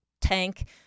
tank